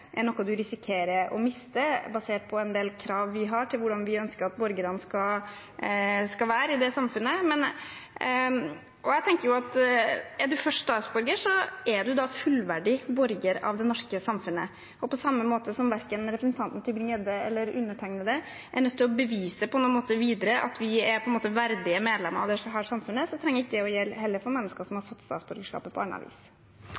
er noe du risikerer å miste basert på en del krav vi har til hvordan vi ønsker at borgerne skal være i det samfunnet. Jeg tenker at er man først statsborger, er man en fullverdig borger av det norske samfunnet. På samme måte som verken representanten Tybring-Gjedde eller undertegnede er nødt til å bevise videre at vi er verdige medlemmer av dette samfunnet, trenger det heller ikke å gjelde for mennesker som har fått statsborgerskapet på annet vis. Replikkordskiftet er avslutta, og me tek ein pause i debatten for